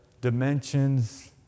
dimensions